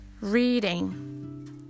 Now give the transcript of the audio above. Reading